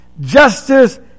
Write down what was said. Justice